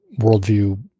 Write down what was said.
worldview